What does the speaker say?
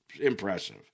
impressive